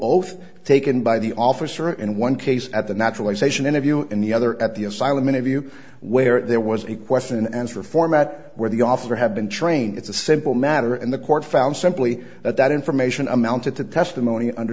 oath taken by the officer in one case at the naturalization interview and the other at the asylum interview where there was a question and answer format where the officer had been trained it's a simple matter and the court found simply that that information amounted to testimony under